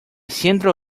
centro